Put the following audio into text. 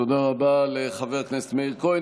תודה רבה לחבר הכנסת מאיר כהן.